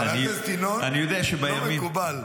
חבר הכנסת ינון, לא מקובל.